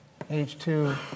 h2